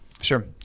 Sure